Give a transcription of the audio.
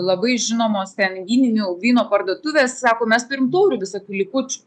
labai žinomos ten vyninių vyno parduotuvės sako mes turime taurių visokių likučių